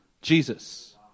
Jesus